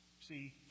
See